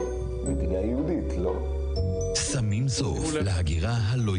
יש אינספור תוכניות לעולים שמשלבות אותם בתוך החברה הישראלית,